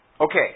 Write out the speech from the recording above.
Okay